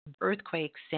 earthquakes